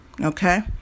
okay